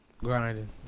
Grinding